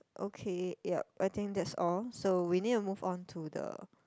okay yup I think that's all so we need to move on to the